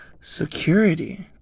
security